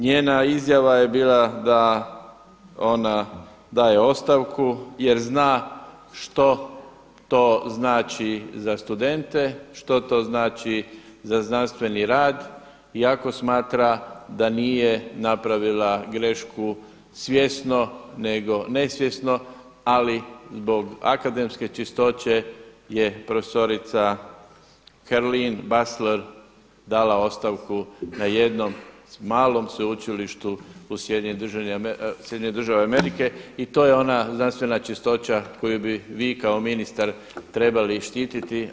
Njena izjava je bila da ona daje ostavku jer zna što to znači za studente, što to znači za znanstveni rad iako smatra da nije napravila grešku svjesno, nego nesvjesno, ali zbog akademske čistoće je profesorica Herlin Basler dala ostavku na jednom malom sveučilištu u Sjedinjene Države Amerike i to je ona znanstvena čistoća koju bi vi kao ministar trebali štititi.